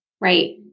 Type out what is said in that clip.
Right